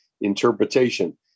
interpretation